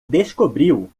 descobriu